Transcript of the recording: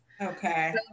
okay